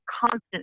constant